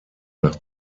nach